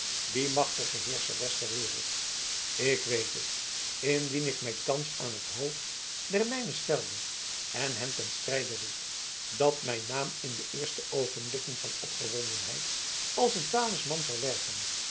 die machtige heerscheres der wereld ik weet het indien ik mij thans aan het hoofd der mijnen stelde en hen ten strijde riep dat mijn naam in de eerste oogenblikken van opgewondenheid als een talisman zou werken